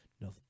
No